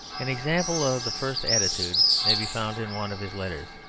an example of the first attitude may be found in one of his letters,